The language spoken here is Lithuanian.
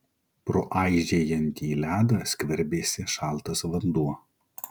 pro aižėjantį ledą skverbėsi šaltas vanduo